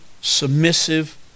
submissive